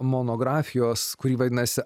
monografijos kuri vadinasi